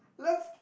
love